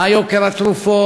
מהו יוקר התרופות,